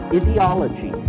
ideology